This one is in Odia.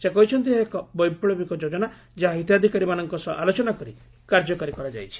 ସେ କହିଛନ୍ତି ଏହା ଏକ ବୈପୁବିକ ଯୋଜନା ଯାହା ହିତାଧିକାରୀମାନଙ୍କ ସହ ଆଲୋଚନା କରି କାର୍ଯ୍ୟକାରୀ କରାଯାଇଛି